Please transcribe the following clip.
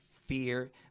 fear